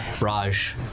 Raj